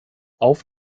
auf